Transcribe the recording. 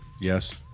Yes